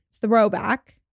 throwback